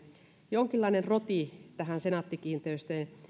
jonkinlainen roti tähän senaatti kiinteistöjen